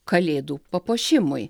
kalėdų papuošimui